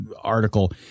article